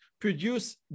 produce